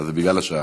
אז זה בגלל השעה.